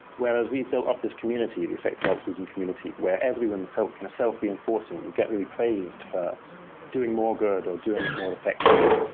whereas we've built up this community effect, developed this and community where everyone's so kind of self-reinforcing. you get praised for doing more good or doing it more effectively.